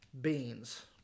beans